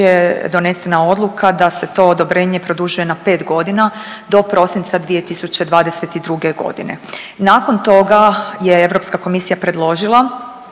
donesena odluka da se to odobrenje produžuje na 5 godina do prosinca 2022. godine. Nakon toga je Europska komisija predložila